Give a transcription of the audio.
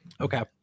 Okay